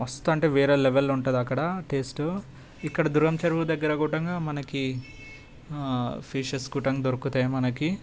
మస్తు అంటే వేరే లెవెల్ ఉంటుంది అక్కడ టెస్ట్ ఇక్కడ దుర్గం చెరువు దగ్గర కూడంగా మనకి ఫిషెస్ కూడంగా దొరికితాయి మనకి